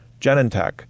Genentech